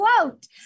quote